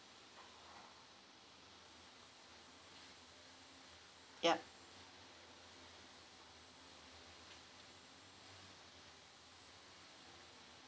yup